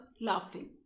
laughing